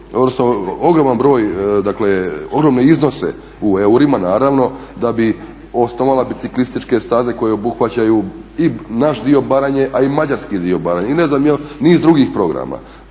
ogroman broj dakle ogromne iznose u eurima naravno da bi osnovala biciklističke staze koje obuhvaćaju i naš dio Baranje a i mađarski dio Baranje i ne znam niz drugih programa.